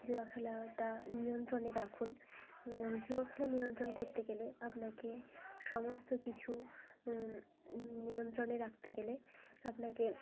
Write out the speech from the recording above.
জুয়া খেলাটা নিয়ন্ত্রণে রাখুন এবং জুয়া খেলা নিয়ন্ত্রণ করতে গেলে আপনাকে সমস্ত কিছু নিয়ন্ত্রণে রাখতে গেলে আপনাকে